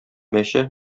мәче